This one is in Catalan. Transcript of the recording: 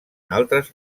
altres